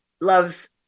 loves